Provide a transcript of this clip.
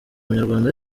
munyarwanda